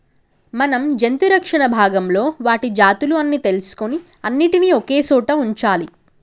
మనం జంతు రక్షణ భాగంలో వాటి జాతులు అన్ని తెలుసుకొని అన్నిటినీ ఒకే సోట వుంచాలి